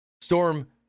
Storm